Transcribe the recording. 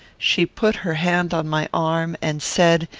she put her hand on my arm, and said,